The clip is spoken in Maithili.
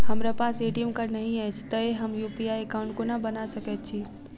हमरा पास ए.टी.एम कार्ड नहि अछि तए हम यु.पी.आई एकॉउन्ट कोना बना सकैत छी